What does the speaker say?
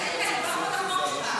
איתן, דיברנו על החוק שלך.